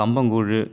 கம்பங்கூழு